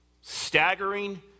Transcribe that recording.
staggering